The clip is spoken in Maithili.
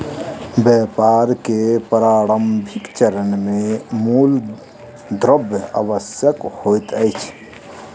व्यापार के प्रारंभिक चरण मे मूल द्रव्य आवश्यक होइत अछि